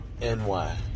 NY